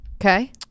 Okay